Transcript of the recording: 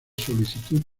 solicitud